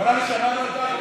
גם אנחנו, אנחנו שמענו אותך,